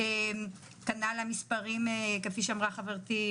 כנ"ל המספרים כפי שאמרה חברתי,